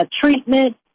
treatment